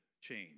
change